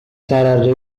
sarah